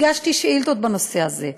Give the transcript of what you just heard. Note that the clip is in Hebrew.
הגשתי שאילתות בנושא הזה,